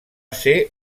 ser